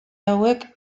hauek